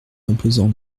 imposant